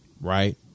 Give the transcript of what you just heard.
right